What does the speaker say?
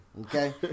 okay